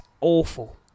Awful